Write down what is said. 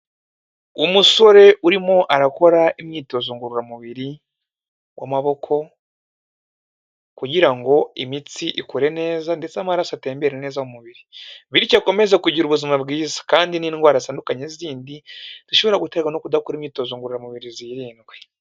Umusore urimo arakora imyitozo ngororamubiri, w'amaboko, kugira ngo imitsi ikure neza, ndetse amaraso atembere neza mu mubiri. Bityo akomeze kugira ubuzima bwiza. Kandi n'indwara zitandukanye zindi, zishobora guterwa no kudakora imyitozo ngororamubiri zirindwe.